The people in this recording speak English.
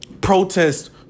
Protest